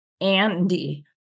Andy